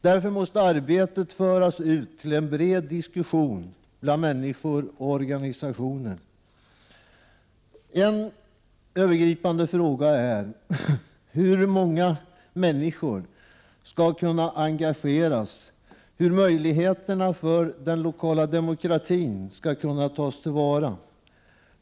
Därför måste arbetet föras ut i en bred diskussion bland människor och organisationer. En övergripande fråga är hur många människor som skall kunna engageras och hur möjligheterna för den lokala demokratin skall tas till vara.